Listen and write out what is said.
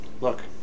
look